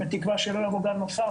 בתקווה שלא יבוא גל נוסף,